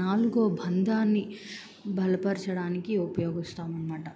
నాలుగవ బంధాన్ని బలపరచడానికి ఉపయోగిస్తాము అన్నమాట